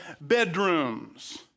bedrooms